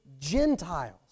Gentiles